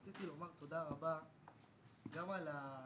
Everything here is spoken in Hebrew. רציתי לומר תודה רבה גם זה